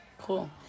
Cool